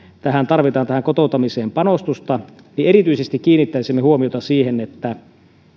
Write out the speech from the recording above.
kotouttamiseen tarvitaan panostusta niin erityisesti kiinnittäisimme huomiota siihen että